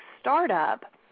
startup